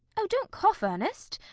oh, don't cough, ernest.